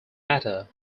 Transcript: matter